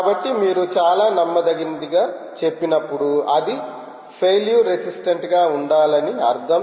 కాబట్టి మీరు చాలా నమ్మదగినదిగా చెప్పినప్పుడు అది ఫెయిల్యూర్ రెసిస్టెంట్ గా ఉండాలని అర్థం